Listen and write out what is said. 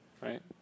right